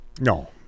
no